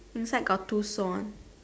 inside got two swans